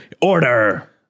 order